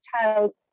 child